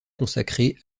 consacré